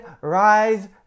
rise